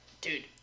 dude